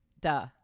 duh